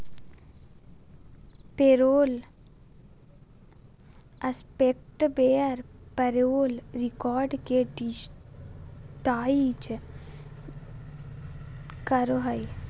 payroll software payroll record के digitise करो हइ